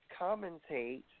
commentate